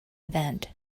event